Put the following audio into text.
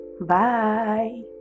Bye